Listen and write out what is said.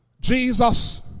Jesus